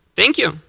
thank you.